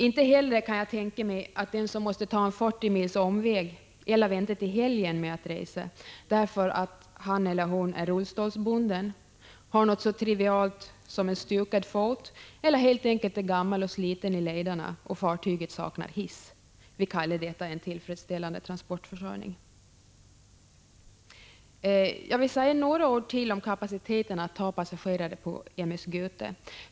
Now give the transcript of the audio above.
Inte heller kan jag tänka mig att den som måste ta fyrtio mils omväg eller vänta till helgen med att resa, därför att han eller hon är rullstolsbunden, har något så trivialt som en stukad fot eller helt enkelt är gammal och sliten i lederna — fartyget saknar hiss — vill kalla detta en tillfredsställande transportförsörjning. Jag vill säga några ord till om kapaciteten att ta passagerare på m/s Gute.